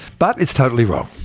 but, it's totally wrong.